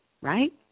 right